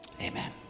Amen